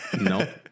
No